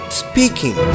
speaking